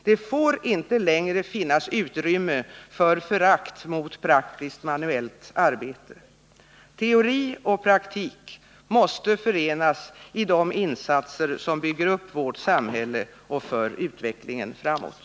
Det får inte längre finnas utrymme för förakt mot praktiskt eller manuellt arbete. Teori och praktik måste förenas i de insatser som bygger upp vårt samhälle och för utvecklingen framåt.